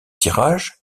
tirages